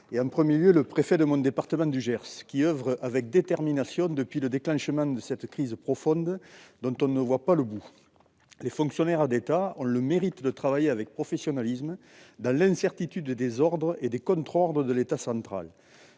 en premier lieu au préfet de mon département, le Gers, qui oeuvre avec détermination depuis le déclenchement de cette crise profonde, dont nous ne voyons pas le bout. Les fonctionnaires d'État ont le mérite de travailler avec professionnalisme dans l'incertitude, confrontés aux ordres et contre-ordres de l'autorité centrale.